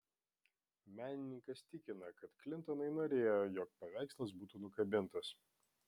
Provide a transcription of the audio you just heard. menininkas tikina kad klintonai norėjo jog paveikslas būtų nukabintas